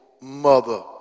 mother